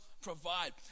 provide